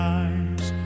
eyes